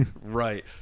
right